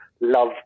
Love